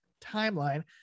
timeline